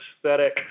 aesthetic